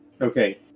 Okay